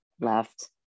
left